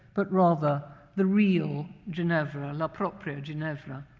but rather the real ginevra, la properginevra.